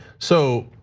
so